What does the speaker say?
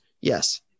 Yes